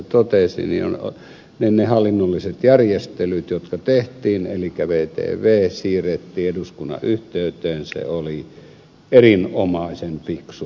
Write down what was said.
ahde tässä totesi se hallinnollinen järjestely joka tehtiin elikkä vtv siirrettiin eduskunnan yhteyteen oli erinomaisen fiksu teko